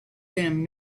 them